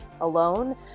alone